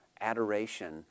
adoration